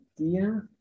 idea